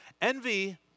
envy